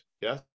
Yes